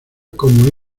como